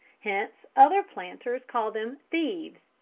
hence other planters call them thieves,